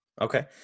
Okay